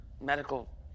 medical